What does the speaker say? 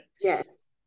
yes